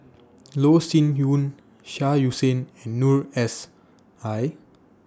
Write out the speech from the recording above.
Loh Sin Yun Shah Hussain and Noor S I